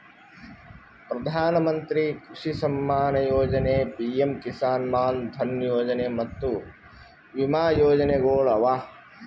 ಪ್ರಧಾನ ಮಂತ್ರಿ ಕೃಷಿ ಸಮ್ಮಾನ ಯೊಜನೆ, ಪಿಎಂ ಕಿಸಾನ್ ಮಾನ್ ಧನ್ ಯೊಜನೆ ಮತ್ತ ವಿಮಾ ಯೋಜನೆಗೊಳ್ ಅವಾ